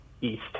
east